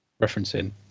referencing